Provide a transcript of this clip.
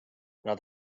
kuna